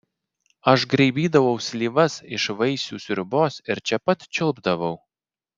aš graibydavau slyvas iš vaisių sriubos ir čia pat čiulpdavau